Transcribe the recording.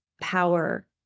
power